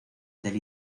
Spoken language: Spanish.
del